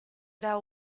era